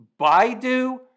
Baidu